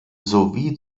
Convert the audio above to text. sowie